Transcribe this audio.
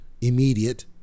immediate